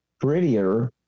prettier